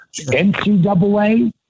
NCAA